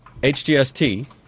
HGST